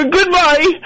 Goodbye